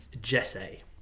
Jesse